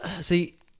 see